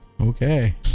Okay